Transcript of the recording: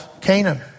Canaan